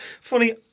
Funny